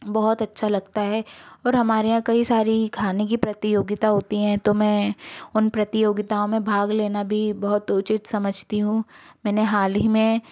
बहुत अच्छा लगता है और हमारे यहाँ कई सारी खाने की प्रतियोगिता होती है तो मैं उन प्रतियोगिता में भाग लेना भी बहुत उचित समझती हूँ मैंने हाल ही में